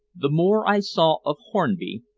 the more i saw of hornby,